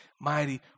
mighty